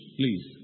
please